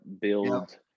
build